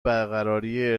برقراری